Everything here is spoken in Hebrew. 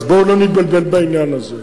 אז בואו לא נתבלבל בעניין הזה.